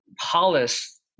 hollis